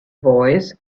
voice